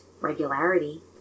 regularity